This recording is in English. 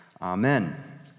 Amen